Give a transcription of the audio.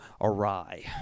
awry